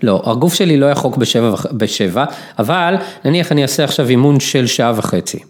לא, הגוף שלי לא יחרוק בשבע, אבל נניח אני אעשה עכשיו אימון של שעה וחצי.